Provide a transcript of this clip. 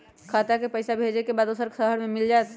खाता के पईसा भेजेए के बा दुसर शहर में मिल जाए त?